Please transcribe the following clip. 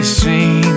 seen